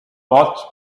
болж